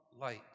light